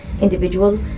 individual